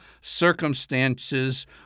Circumstances